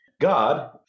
God